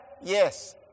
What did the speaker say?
Yes